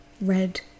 red